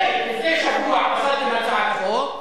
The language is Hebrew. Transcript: לפני שבוע הצעתם הצעת חוק,